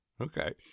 okay